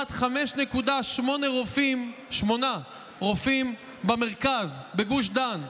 לעומת 5.8 רופאים במרכז, בגוש דן.